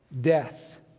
Death